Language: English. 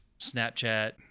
Snapchat